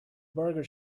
burger